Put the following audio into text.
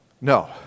No